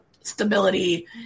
stability